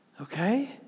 Okay